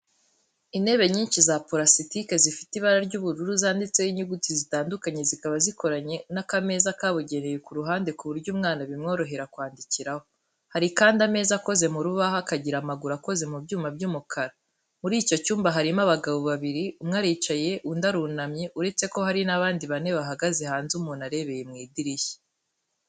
Intebe nyinshi za purasitike zifite ibara ry'ubururu zanditseho inyuguti zitandukanye, zikaba zikoranye n’akameza kabugenewe ku ruhande ku buryo umwana bimworohera kwandikiraho. Hari kandi ameza akoze mu rubaho akagira amaguru akoze mu byuma by'umukara. Muri icyo cyumba harimo abagabo babiri, umwe aricaye undi arunamye uretse ko hari n'abandi bane bahagaze hanze umuntu arebeye mu idirishya.